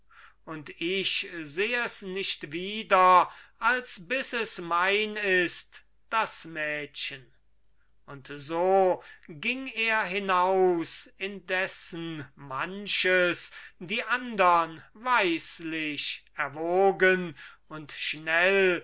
und ich seh es nicht wieder als bis es mein ist das mädchen und so ging er hinaus indessen manches die andern weislich erwogen und schnell